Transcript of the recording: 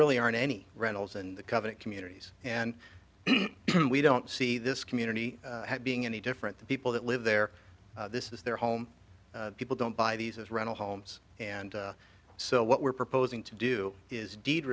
really aren't any rentals and the covenant communities and we don't see this community being any different the people that live there this is their home people don't buy these as rental homes and so what we're proposing to do is deed